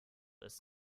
ist